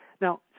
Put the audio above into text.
Now